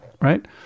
right